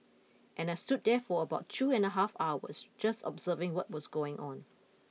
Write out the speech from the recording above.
and I stood there for about two and a half hours just observing what was going on